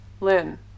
Lynn